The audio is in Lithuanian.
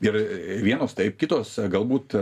ir vienos taip kitos galbūt